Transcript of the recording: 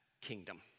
kingdom